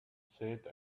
said